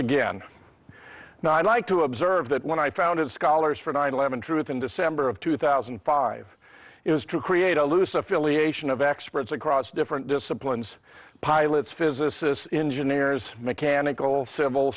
i'd like to observe that when i founded scholars for nine eleven truth in december of two thousand and five is to create a loose affiliation of experts across different disciplines pilots physicists engineers mechanical civil